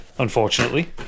Unfortunately